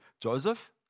Joseph